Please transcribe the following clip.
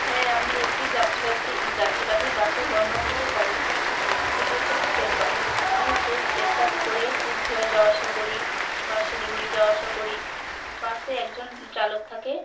হ্যাঁ আমি একটি যাত্রীবাসী যাত্রীবাহী বাসের বর্ণনা দিতে পারি সেটি হচ্ছে স্টেট বাস আমি সেই স্টেট বাস করে কুচবিহার যাওয়া আসা করি বা শিলিগুড়ি যাওয়া আসা করি বাসে একজন চালক থাকে